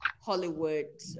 Hollywood